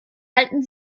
halten